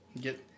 get